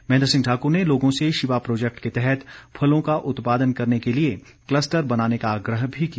महेंद्र सिंह ठाकुर ने लोगों से शिवा प्रोजेक्ट के तहत फलों का उत्पादन करने के लिए क्लस्टर बनाने का आग्रह भी किया